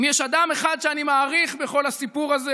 אם יש אדם אחד שאני מעריך בכל הסיפור הזה